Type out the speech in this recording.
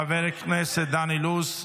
חבר הכנסת דן אילוז,